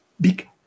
big